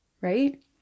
right